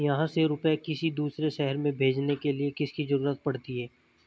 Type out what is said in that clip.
यहाँ से रुपये किसी दूसरे शहर में भेजने के लिए किसकी जरूरत पड़ती है?